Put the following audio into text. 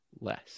less